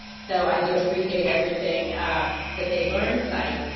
so i do appreciate everything that they learned tonight.